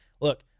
look